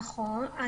נכון.